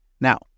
Now